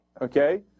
okay